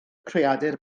creadur